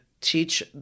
teach